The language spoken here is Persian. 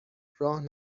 راه